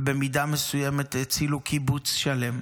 ובמידה מסוימת הצילו קיבוץ שלם.